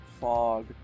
fog